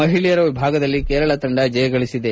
ಮಹಿಳೆಯರ ವಿಭಾಗದಲ್ಲಿ ಕೇರಳ ತಂಡ ಜಯಗಳಿಸಿದೆ